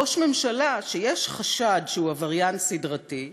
ראש ממשלה שיש חשד שהוא עבריין סדרתי,